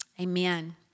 Amen